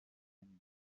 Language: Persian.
نمیاره